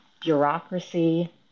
bureaucracy